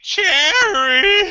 Cherry